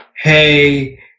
hey